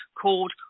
called